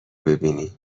ببینی